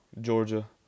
Georgia